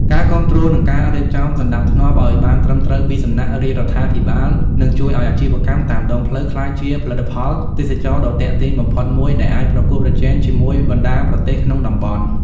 ការគាំទ្រ និងការរៀបចំសណ្ដាប់ធ្នាប់ឱ្យបានត្រឹមត្រូវពីសំណាក់រាជរដ្ឋាភិបាល នឹងជួយឱ្យអាជីវកម្មតាមដងផ្លូវក្លាយជាផលិតផលទេសចរណ៍ដ៏ទាក់ទាញបំផុតមួយ ដែលអាចប្រកួតប្រជែងជាមួយបណ្ដាប្រទេសក្នុងតំបន់។